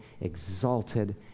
exalted